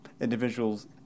individuals